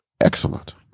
Excellent